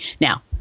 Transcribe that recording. Now